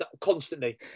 constantly